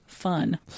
fun